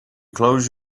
close